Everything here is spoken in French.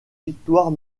victoires